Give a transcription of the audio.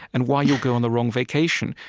and why you'll go on the wrong vacation,